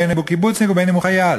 בין שהוא קיבוצניק ובין שהוא חייל.